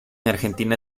argentina